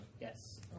Yes